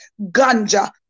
ganja